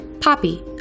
Poppy